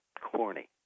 corny